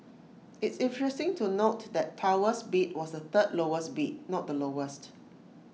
it's interesting to note that Tower's bid was the third lowest bid not the lowest